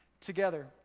together